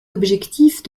objectif